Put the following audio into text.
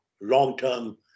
long-term